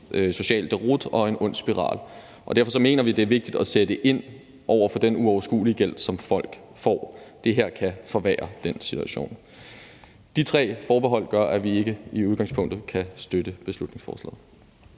og det bliver en ond spiral. Derfor mener vi, det er vigtigt at sætte ind over for den uoverskuelige gæld, som folk får. Det her kan forværre den situation. De tre forbehold gør, at vi ikke i udgangspunktet kan støtte beslutningsforslaget.